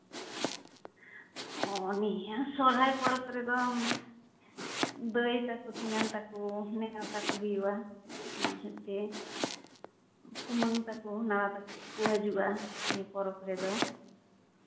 ᱚ ᱱᱤᱭᱟᱹ ᱥᱚᱨᱦᱟᱭ ᱯᱚᱨᱚᱵᱽ ᱨᱮᱫᱚ ᱫᱟᱹᱭ ᱛᱟᱠᱚ ᱛᱮᱧᱟᱝ ᱛᱟᱠᱚ ᱱᱮᱶᱛᱟ ᱠᱚ ᱦᱩᱭᱩᱜᱼᱟ ᱟᱨ ᱡᱮ ᱠᱩᱢᱟᱹᱝ ᱛᱟᱠᱚ ᱱᱟᱱᱟ ᱛᱟᱠᱚ ᱠᱚ ᱦᱤᱡᱩᱜᱼᱟ ᱱᱤᱭᱟᱹ ᱯᱚᱨᱚᱵᱽ ᱨᱮᱫᱚ